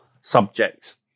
subjects